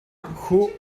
who